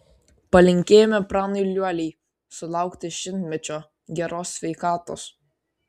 palinkėjome pranui liuoliai sulaukti šimtmečio geros sveikatos